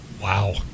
Wow